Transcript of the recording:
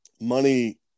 money